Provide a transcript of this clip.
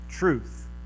Truth